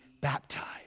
baptized